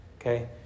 Okay